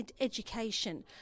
education